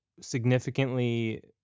significantly